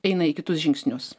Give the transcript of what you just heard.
eina į kitus žingsnius